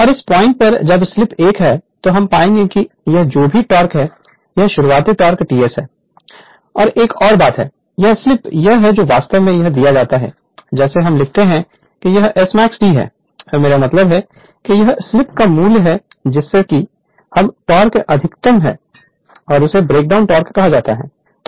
और इस पॉइंट पर जब स्लीप 1 तो हम पाएंगे कि यह जो भी टोक़ है यह शुरुआती टोक़ TS है और एक और बात यह है कि यह स्लीप है यह वास्तव में यह दिया जाता है जैसे हम लिखते हैं कि यह Smax T है मेरा मतलब है कि यह स्लीप का मूल्य है जिसके लिए यह टोक अधिकतम है इसे ब्रेकडाउन टॉर्क कहा जाता है